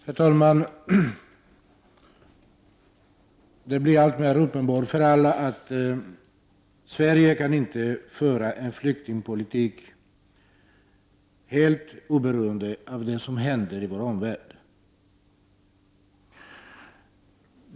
Herr talman! Det blir alltmer uppenbart för alla att Sverige inte kan föra en flyktingpolitik helt oberoende av det som händer i vår omvärld.